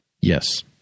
Yes